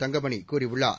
தங்கமணி கூறியுள்ளார்